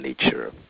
nature